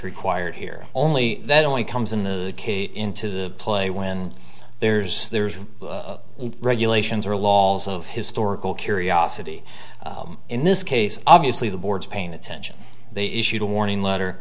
required here only that only comes in the case into the play when there's there's regulations or laws of historical curiosity in this case obviously the board's paying attention they issued a warning letter